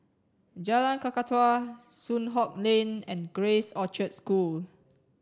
Jalan Kakatua Soon Hock Lane and Grace Orchard School